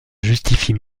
justifie